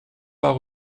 pas